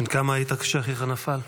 בן כמה היית כשאחיך נפל?